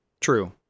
True